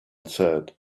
said